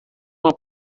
uma